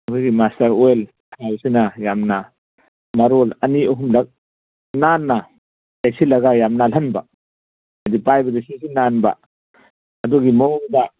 ꯑꯩꯈꯣꯏꯒꯤ mustard oil ꯍꯥꯏꯕꯁꯤꯅ ꯌꯥꯝꯅ ꯃꯔꯣꯜ ꯑꯅꯤ ꯑꯍꯨꯝꯂꯛ ꯅꯥꯟꯅ ꯇꯩꯁꯤꯜꯂꯒ ꯌꯥꯝ ꯅꯥꯜꯍꯟꯕ ꯍꯥꯏꯗꯤ ꯄꯥꯏꯕꯗ ꯁꯤꯠ ꯁꯤꯠ ꯅꯥꯟꯕ ꯑꯗꯨꯒꯤ ꯃꯑꯣꯡꯗ